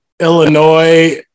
Illinois